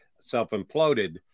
self-imploded